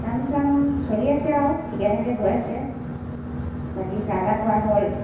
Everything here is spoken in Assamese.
কাম চাম চলি আছে আৰু ঠিকে ঠাকে গৈ আছে বাকী চাহ তাহ খোৱা হ'ল